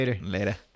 Later